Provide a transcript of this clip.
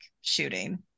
shooting